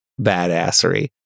badassery